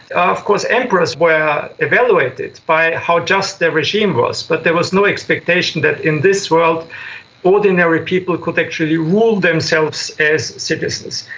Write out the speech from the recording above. of course emperors were evaluated by how just their regime was, but there was no expectation that in this world ordinary people could actually rule themselves as citizens.